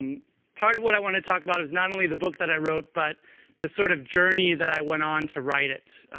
and part of what i want to talk about is not only the book that i wrote, but the sort of journey that i went on to write it.